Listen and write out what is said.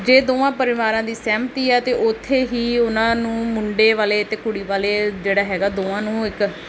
ਜੇ ਦੋਵਾਂ ਪਰਿਵਾਰਾਂ ਦੀ ਸਹਿਮਤੀ ਹੈ ਤਾਂ ਉੱਥੇ ਹੀ ਉਹਨਾਂ ਨੂੰ ਮੁੰਡੇ ਵਾਲੇ ਅਤੇ ਕੁੜੀ ਵਾਲੇ ਜਿਹੜਾ ਹੈਗਾ ਦੋਵਾਂ ਨੂੰ ਇੱਕ